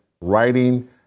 Writing